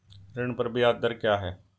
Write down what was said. ऋण पर ब्याज दर क्या है?